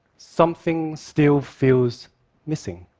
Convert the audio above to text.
something still feels missing.